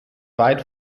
weit